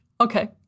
Okay